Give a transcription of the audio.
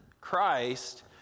Christ